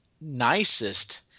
nicest